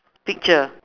picture